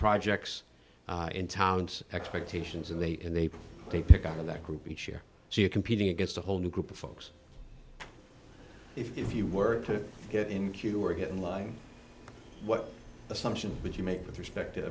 projects in towns expectations and they and they take it out of that group each year so you're competing against a whole new group of folks if you were to get in queue or get in line what assumption would you make with respect to